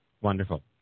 Wonderful